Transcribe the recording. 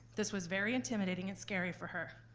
this was very intimidating and scary for her.